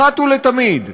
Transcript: אחת ולתמיד,